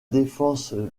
défense